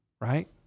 right